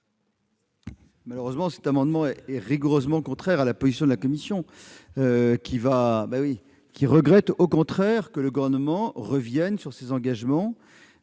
Malheureusement, cet amendement est rigoureusement contraire à la position de la commission, qui regrette justement que le Gouvernement revienne sur ses engagements